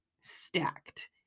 stacked